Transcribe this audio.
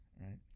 Right